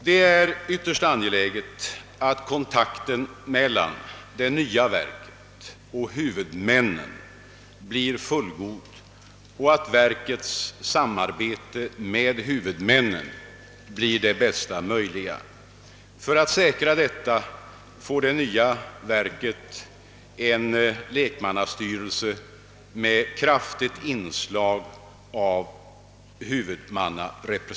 Det är ytterst angeläget att kontakten mellan det nya verket och huvudmännen blir fullgod och att verkets samarbete med huvudmännen blir det bästa möjliga. För att säkra detta får det nya verket en lekmannastyrelse med ett mycket kraftigt inslag av huvudmannarepresentanter.